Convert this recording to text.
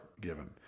given